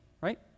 right